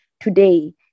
today